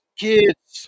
kids